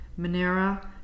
minera